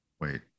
wait